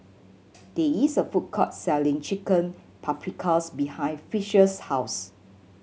there is a food court selling Chicken Paprikas behind Fisher's house